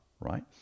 right